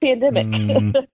pandemic